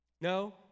no